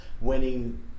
winning